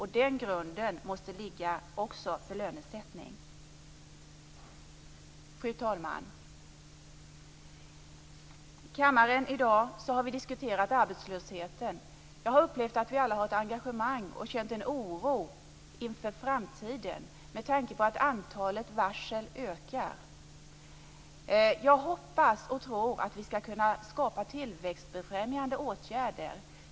Det måste utgöra grunden för lönesättning. Fru talman! I kammaren i dag har vi diskuterat arbetslösheten. Jag har upplevt att vi alla har ett engagemang och känner en oro inför framtiden med tanke på att antalet varsel ökar. Jag hoppas och tror att vi skall kunna skapa tillväxtbefrämjande åtgärder.